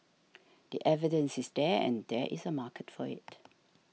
the evidence is there and there is a market for it